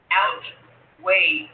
outweigh